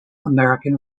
american